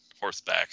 horseback